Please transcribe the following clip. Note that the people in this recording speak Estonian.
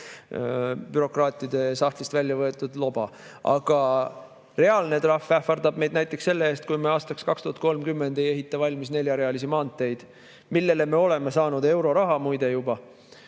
bürokraatide sahtlist välja võetud loba. Reaalne trahv ähvardab meid näiteks selle eest, kui me aastaks 2030 ei ehita valmis neljarealisi maanteid, mille [ehitamiseks] me oleme muide juba